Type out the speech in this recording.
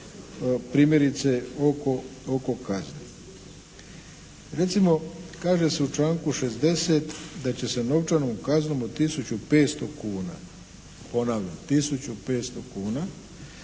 primjerice oko kazne. Recimo, kaže se u članku 60. da će sa novčanom kaznom od 1500 kuna, ponavljam 1500 kuna